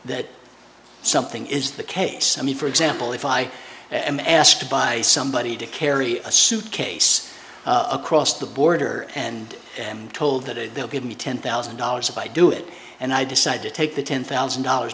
that something is the case i mean for example if i am asked by somebody to carry a suitcase across the border and i am told that they will give me ten thousand dollars if i do it and i decide to take the ten thousand dollars